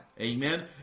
amen